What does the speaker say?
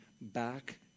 back